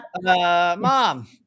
Mom